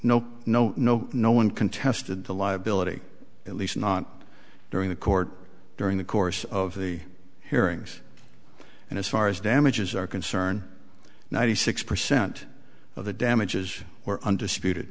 no no no no one contested the liability at least not during the court during the course of the hearings and as far as damages are concerned ninety six percent of the damages were undisputed